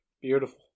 Beautiful